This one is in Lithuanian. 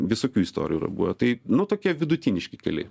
visokių istorijų yra buvę tai nu tokie vidutiniški keliai